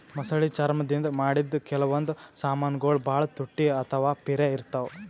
ಮೊಸಳಿ ಚರ್ಮ್ ದಿಂದ್ ಮಾಡಿದ್ದ್ ಕೆಲವೊಂದ್ ಸಮಾನ್ಗೊಳ್ ಭಾಳ್ ತುಟ್ಟಿ ಅಥವಾ ಪಿರೆ ಇರ್ತವ್